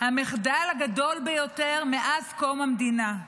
המחדל הגדול ביותר מאז קום המדינה,